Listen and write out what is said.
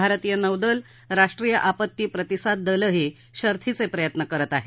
भारतीय नौदल राष्ट्रीय आपत्ती प्रतिसाद दलही शर्थीचे प्रयत्न करत आहेत